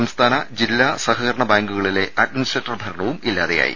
സംസ്ഥാ ന ജില്ലാ സഹകരണ ബാങ്കുകളിലെ അഡ്മിനിസ്ട്രേറ്റർ ഭരണവും ഇല്ലാതെയായി